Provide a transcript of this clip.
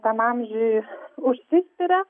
tam amžiuj užsispiria